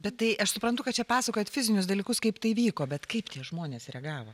bet tai aš suprantu kad čia pasakojat fizinius dalykus kaip tai vyko bet kaip tie žmonės reagavo